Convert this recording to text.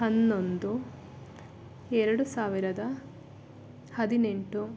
ಹನ್ನೊಂದು ಎರಡು ಸಾವಿರದ ಹದಿನೆಂಟು